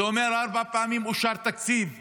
זה אומר שארבע פעמים אושר תקציב 2024,